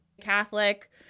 catholic